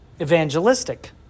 evangelistic